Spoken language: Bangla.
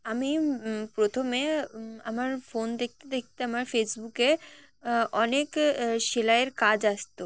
আমি প্রথমে আমার ফোন দেখতে দেখতে আমার ফেসবুকে অনেক সেলাইয়ের কাজ আসতো